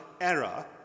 error